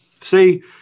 See